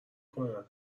کنن